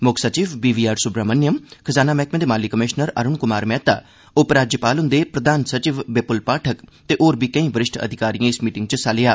मुक्ख सचिव B V R Subrahmanyam खजाना मैह्कमे दे माली कमिषनर अरूण कुमार मेहतर उपराज्यपाल हुंदे प्रधान सचिव बिपुल पाठक ते होर बी केई वरिश्ठ अधिकारिएं इस मीटिंग च हिस्सा लैता